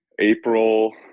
April